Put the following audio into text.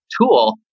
tool